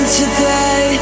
today